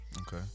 Okay